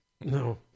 No